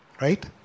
Right